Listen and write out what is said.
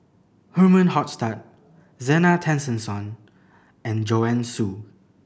Herman Hochstadt Zena Tessensohn and Joanne Soo